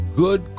good